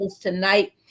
tonight